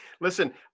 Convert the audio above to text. Listen